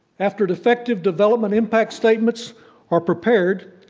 after defective development impact statements are prepared,